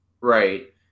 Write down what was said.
right